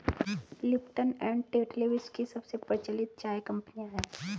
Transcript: Lipton and Tetley विश्व की सबसे प्रचलित चाय कंपनियां है